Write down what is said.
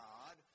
God